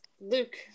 Luke